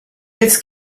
its